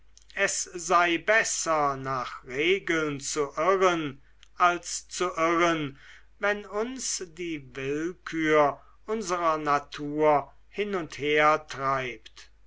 es sei besser nach regeln zu irren als zu irren wenn uns die willkür unserer natur hin und her treibt